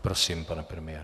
Prosím, pane premiére.